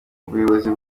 ubuyobozi